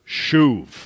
shuv